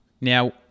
Now